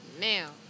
now